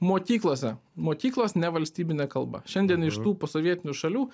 mokyklose mokyklos nevalstybine kalba šiandien iš tų posovietinių šalių